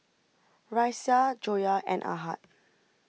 Raisya Joyah and Ahad